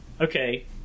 okay